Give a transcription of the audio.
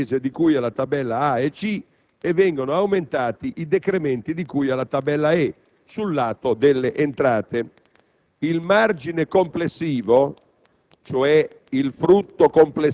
Vengono inoltre ridotte le spese di cui alle tabelle A e C e vengono aumentati i decrementi di cui alla tabella E sul lato delle entrate. Il margine complessivo,